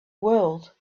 world